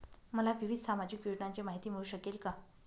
मला विविध सामाजिक योजनांची माहिती मिळू शकेल का?